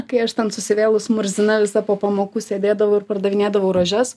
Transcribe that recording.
kai aš ten susivėlus murzina visa po pamokų sėdėdavau ir pardavinėdavau rožes